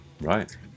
Right